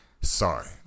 Sorry